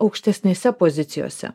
aukštesnėse pozicijose